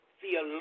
feel